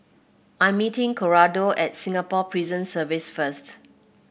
I'm meeting Cordaro at Singapore Prison Service first